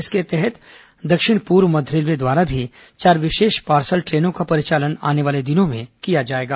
इसके तहत दक्षिण पूर्व मध्य रेलवे द्वारा भी चार विशेष पार्सल ट्रेनों का परिचालन आने वाले दिनों में किया जाएगा